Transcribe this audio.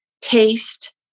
taste